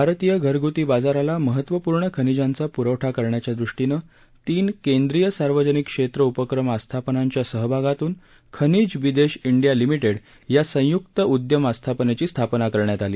भारतीय घरग्ती बाजाराला महत्त्वपूर्ण खनिजांचा प्रवठा करण्याच्यादृष्टीनं तीन केंद्रीय सार्वजनिक क्षेत्र उपक्रम आस्थापनांच्या सहभागातून खनिज बिदेश इंडिया लिमिटेड या संय्क्त उघम आस्थापनेची स्थापना करण्यात आली